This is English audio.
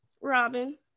Robin